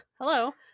hello